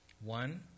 One